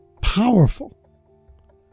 powerful